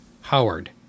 Howard